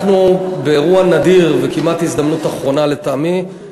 אנחנו באירוע נדיר, וכמעט הזדמנות אחרונה לטעמי,